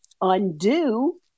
undo